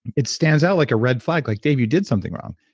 it stands out like a red flag like dave, you did something wrong.